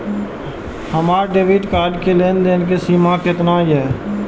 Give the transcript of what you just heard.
हमार debit card के लेन देन के सीमा केतना ये?